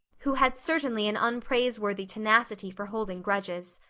who had certainly an unpraiseworthy tenacity for holding grudges.